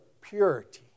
purity